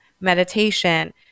Meditation